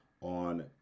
on